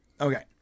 Okay